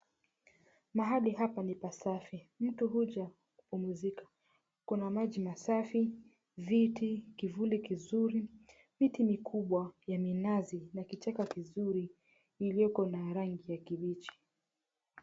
Mahali hapa ni pasafi. Mtu huja kupumzika. Kuna maji masafi, viti, kivuli kizuri, miti mikubwa ya minazi na kichaka kizuri kilioko na rangi ya kibichi.